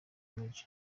maj